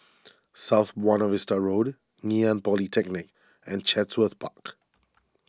South Buona Vista Road Ngee Ann Polytechnic and Chatsworth Park